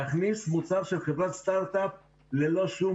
להכניס מוצר של חברת סטארט-אפ ללא שום